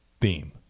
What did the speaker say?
theme